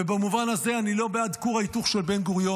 ובמובן הזה, אני לא בעד כור ההיתוך של בן-גוריון,